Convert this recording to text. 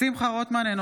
אינו